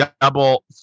double